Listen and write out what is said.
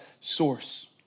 source